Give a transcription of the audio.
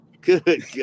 Good